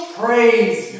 praise